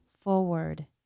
forward